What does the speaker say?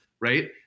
right